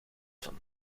van